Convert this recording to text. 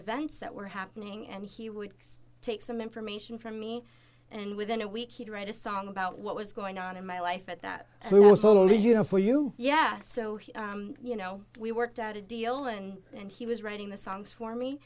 events that were happening and he would take some information from me and within a week he'd write a song about what was going on in my life at that so i was told you know for you yeah so he you know we worked out a deal and and he was writing the songs for me